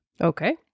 Okay